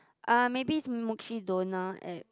uh maybe it's Mukshidonna at